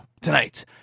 tonight